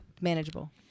Manageable